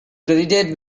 credited